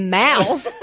mouth